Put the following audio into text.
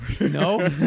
No